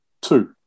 Two